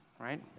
right